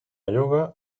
yoga